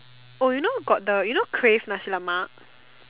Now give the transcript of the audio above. oh you know got the you know crave Nasi-Lemak